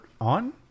on